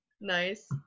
Nice